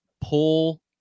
pull